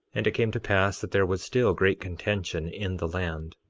and it came to pass that there was still great contention in the land,